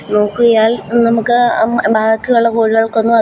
നോക്കിയാൽ നമുക്ക് ബാക്കിയുള്ള കോഴികൾക്കൊന്നും അത്